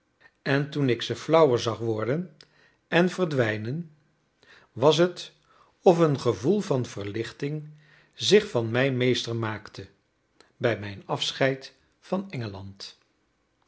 en toen ik ze flauwer zag worden en verdwijnen was het of een gevoel van verlichting zich van mij meester maakte bij mijn afscheid van engeland